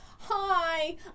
Hi